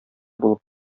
булып